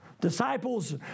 Disciples